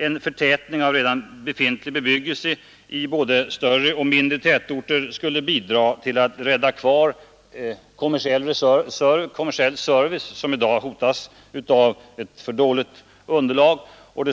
En förtätning av redan befintlig bebyggelse i både större och mindre tätorter skulle bidra till att rädda kvar kommersiell service, som i dag hotas på grund av ett för dåligt kundunderlag, och